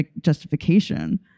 justification